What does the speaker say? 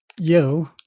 Yo